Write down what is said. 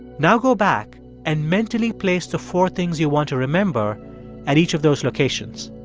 now go back and mentally place the four things you want to remember at each of those locations.